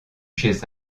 chez